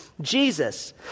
Jesus